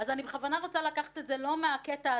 עכשיו הוצאנו צו של בית-משפט בנושא